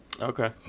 Okay